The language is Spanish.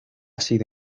sido